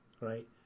right